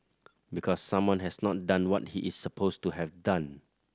because someone has not done what he is supposed to have done